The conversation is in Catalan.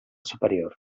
superior